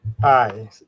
Hi